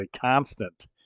constant